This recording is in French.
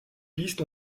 pistes